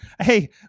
hey